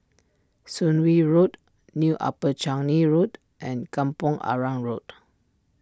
Soon Wing Road New Upper Changi Road and Kampong Arang Road